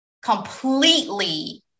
completely